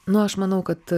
nu aš manau kad